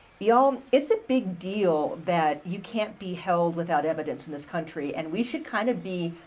ya'll, it's a big deal that you can't be held without evidence in this country, and we should kind of be,